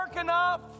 enough